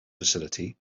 facility